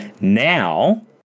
Now